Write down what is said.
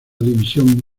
división